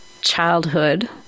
childhood